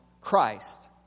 Christ